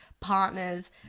partners